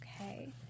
Okay